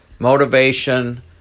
Motivation